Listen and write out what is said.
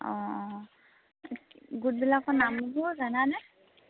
অঁ অঁ গোটবিলাকৰ নামবোৰ জানানে